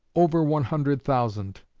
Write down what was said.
over one hundred thousand.